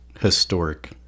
historic